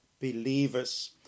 Believers